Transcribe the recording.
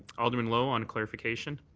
alderman lowe on clarification.